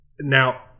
Now